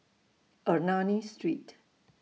Ernani Street